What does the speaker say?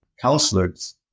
counselors